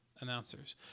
announcers